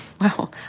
Wow